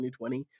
2020